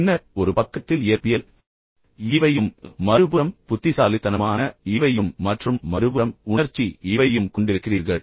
பின்னர் ஒரு பக்கத்தில்இயற்பியல் ஈவையும் மறுபுறம் புத்திசாலித்தனமான ஈவையும் மற்றும் மறுபுறம் உணர்ச்சி ஈவையும் கொண்டிருக்கிறீர்கள்